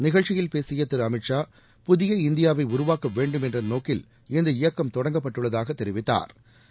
நிகழ்ச்சியில் பேசிய திரு அமித் ஷா புதிய இந்தியாவை உருவாக்க வேண்டும் என்ற நோக்கில் இந்த இயக்கம் தொடங்கப்பட்டுள்ளதாக தெரிவித்தாா்